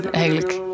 eigenlijk